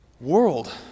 world